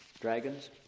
dragons